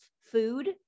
food